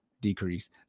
decrease